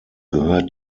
gehört